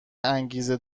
انگیزه